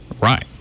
Right